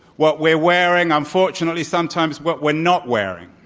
what we're wearing, unfortunately sometimes what we're not wearing.